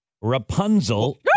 Rapunzel